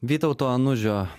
vytauto anužio